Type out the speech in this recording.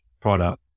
product